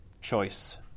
choice